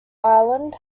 island